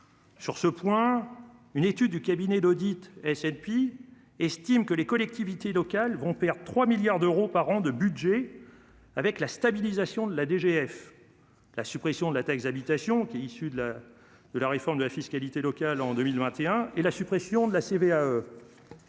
Sur ce point, une étude du cabinet d'audit S&P estime que les collectivités locales vont perdre 3 milliards d'euros par an de budget avec la stabilisation de la dotation globale de fonctionnement (DGF), la suppression de la taxe d'habitation issue de la réforme de la fiscalité locale en 2021 et la suppression de la